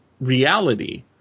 reality